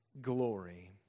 glory